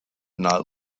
not